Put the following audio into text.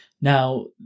Now